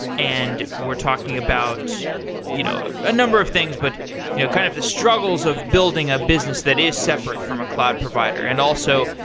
and we're talking about you know a number of things, but you know kind of the struggles of building a business that is separate from a cloud provider. and also,